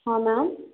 ହଁ ମ୍ୟାମ୍